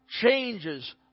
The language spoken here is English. changes